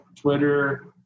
Twitter